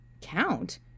Count